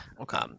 Okay